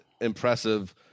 impressive